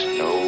no